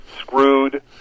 screwed